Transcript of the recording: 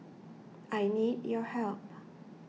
I need your help